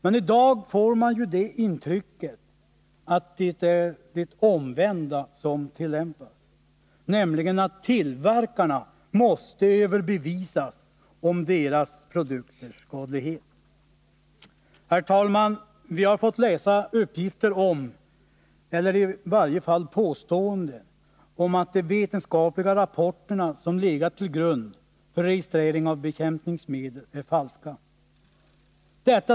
Men i dag får man det intrycket att bevisbördan är den omvända, nämligen att tillverkarna måste överbevisas om sina produkters skadlighet. Vi har fått läsa uppgifter om att de vetenskapliga rapporter som har legat till grund för registrering av bekämpningsmedel är falska.